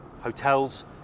hotels